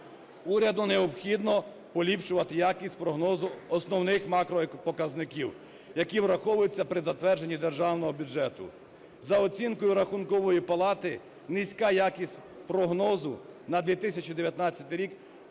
Уряду необхідно поліпшувати якість прогнозу основних макропоказників, які враховуються при затвердженні Державного бюджету. За оцінкою Рахункової палати, низька якість прогнозу на 2019 рік